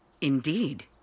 Indeed